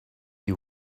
you